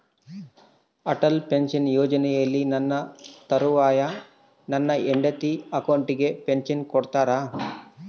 Atal pension ಯೋಜನೆಯಲ್ಲಿ ನನ್ನ ತರುವಾಯ ನನ್ನ ಹೆಂಡತಿ ಅಕೌಂಟಿಗೆ ಪೆನ್ಶನ್ ಕೊಡ್ತೇರಾ?